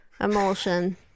emulsion